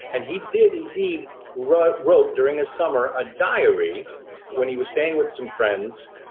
and he did indeed wrote wrote during a summer a diary when he was staying with some friends.